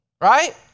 Right